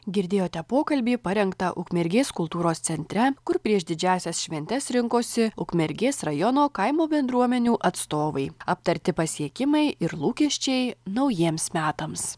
girdėjote pokalbį parengtą ukmergės kultūros centre kur prieš didžiąsias šventes rinkosi ukmergės rajono kaimo bendruomenių atstovai aptarti pasiekimai ir lūkesčiai naujiems metams